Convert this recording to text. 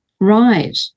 Right